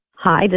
Hi